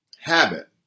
habit